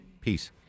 Peace